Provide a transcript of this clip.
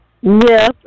Yes